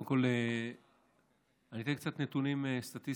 קודם כול, אני אתן קצת נתונים סטטיסטיים.